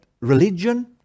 Religion